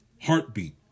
heartbeat